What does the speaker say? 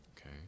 Okay